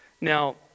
Now